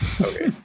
Okay